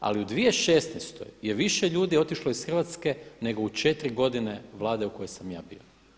Ali u 2016. je više ljudi otišlo iz Hrvatske nego u 4 godine Vlade u kojoj sam ja bio.